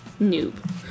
Noob